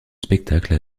spectacle